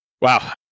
Wow